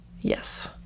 Yes